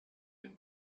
and